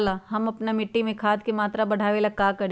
हम अपना मिट्टी में खाद के मात्रा बढ़ा वे ला का करी?